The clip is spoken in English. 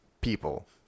people